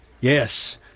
Yes